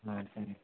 సరే